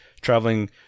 traveling